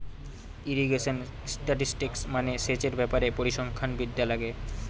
irrigation statistics মানে সেচের ব্যাপারে পরিসংখ্যান বিদ্যা লাগে